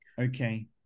Okay